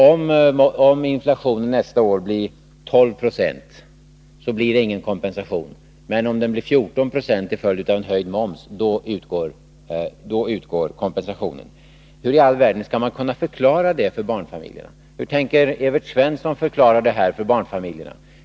Om inflationen nästa år blir 12 20 blir det ingen kompensation, men om den blir 14 Z till följd av en höjd moms utgår kompensationen. Hur i all världen skall man kunna förklara detta för barnfamiljerna? Hur tänker Evert Svensson förklara detta för barnfamiljerna?